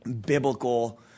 biblical